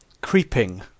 Creeping